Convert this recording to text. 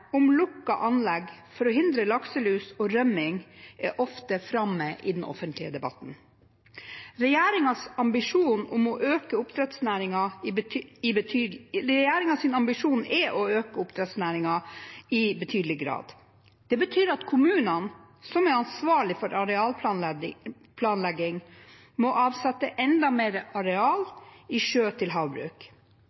om lukkede anlegg for å hindre lakselus og rømning er ofte framme i den offentlige debatten. Regjeringens ambisjon er å øke oppdrettsnæringen i betydelig grad. Det betyr at kommunene, som er ansvarlig for arealplanlegging, må avsette enda mer areal i sjø til havbruk. Det betyr igjen at kommunene og innbyggerne i de aktuelle kommunene må